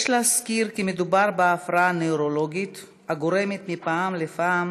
יש להזכיר כי מדובר בהפרעה נוירולוגית הגורמת מפעם לפעם